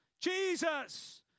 Jesus